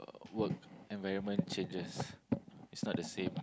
work environment changes it's not the same